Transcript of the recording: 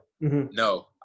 No